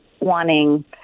wanting